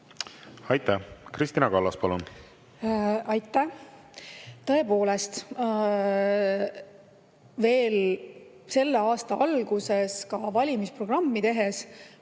Aitäh! Kristina Kallas, palun! Aitäh! Tõepoolest, veel selle aasta alguses oma valimisprogrammi tehes